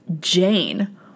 Jane